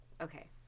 Okay